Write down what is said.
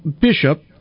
Bishop